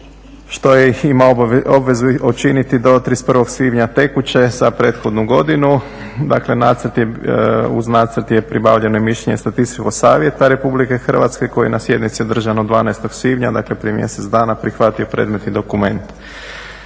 što je imao obavezu učiniti do 31. svibnja tekuće za prethodnu godinu, dakle uz nacrt je pribavljeno mišljenje statističkog savjeta RH koji je na sjednici održanoj 12. svibnja, dakle prije mjesec dana, prihvatio predmetni dokument.